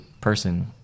person